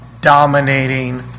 dominating